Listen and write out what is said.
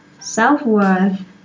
self-worth